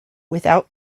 without